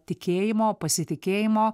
tikėjimo pasitikėjimo